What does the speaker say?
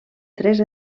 tres